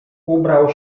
ubrał